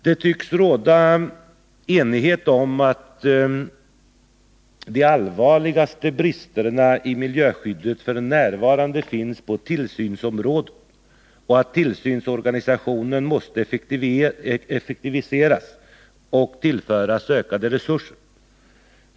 Det tycks råda enighet om att de allvarligaste bristerna i miljöskyddet f. n. finns på tillsynsområdet och att tillsynsorganisationen måste effektiviseras och tillföras ökade resurser.